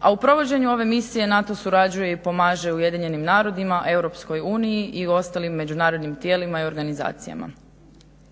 a u provođenju ove misije NATO surađuje i pomaže UN-u, EU-i i ostalim međunarodnim tijelima i organizacijama.